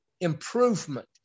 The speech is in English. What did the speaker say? improvement